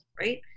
right